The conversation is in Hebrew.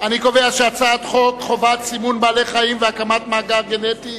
חוק חובת סימון בקר והקמת מאגר גנטי,